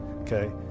okay